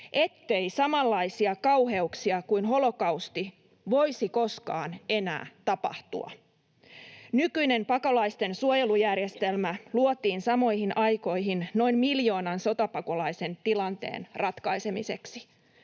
ettei samanlaisia kauheuksia kuin holokausti voisi koskaan enää tapahtua. Nykyinen pakolaisten suojelujärjestelmä luotiin samoihin aikoihin noin miljoonan sotapakolaisen tilanteen ratkaisemiseksi.